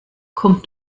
kommt